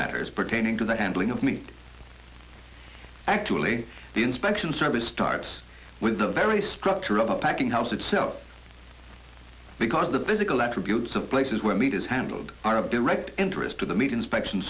matters pertaining to the handling of meat actually the inspection service starts with the very structure of the packing house itself because the physical attributes of places where meat is handled are of direct interest to the meat inspection